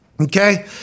okay